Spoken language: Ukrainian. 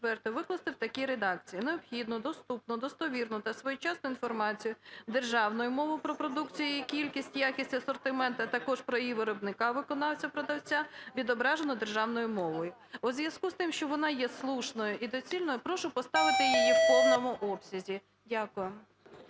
викласти у в такій редакції: "Необхідну, доступну, достовірну та своєчасну інформацію державною мовою про продукцію, її кількість, якість, асортимент, а також про її виробника (виконавця, продавця) відображену державною мовою". У зв’язку з тим, що вона є слушною і доцільною, прошу поставити її в повному обсязі. Дякую.